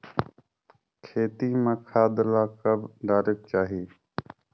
खेती म खाद ला कब डालेक चाही?